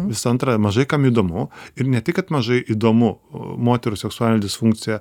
vis antra mažai kam įdomu ir ne tik kad mažai įdomu moterų seksualinė disfunkcija